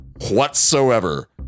whatsoever